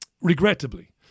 regrettably